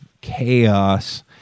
chaos